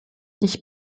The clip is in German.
ich